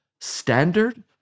standard